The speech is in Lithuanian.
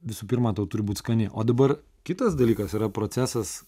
visų pirma tau turi būt skani o dabar kitas dalykas yra procesas